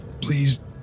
please